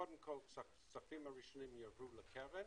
קודם כל שהכספים הרשמיים יגיעו לקרן